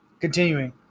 Continuing